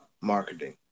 marketing